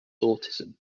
autism